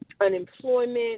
unemployment